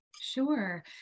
Sure